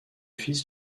fils